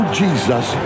jesus